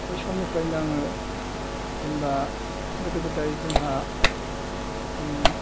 बै समनिफ्रायनो आङो जेनेबा गोदो गोदाय जोंहा